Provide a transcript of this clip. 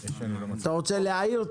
אתה רוצה להעיר?